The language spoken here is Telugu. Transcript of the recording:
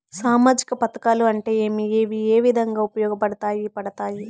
సామాజిక పథకాలు అంటే ఏమి? ఇవి ఏ విధంగా ఉపయోగపడతాయి పడతాయి?